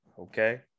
Okay